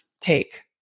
take